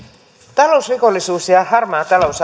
talousrikollisuus ja ja harmaa talous